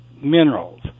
minerals